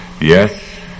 yes